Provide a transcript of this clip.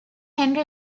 henry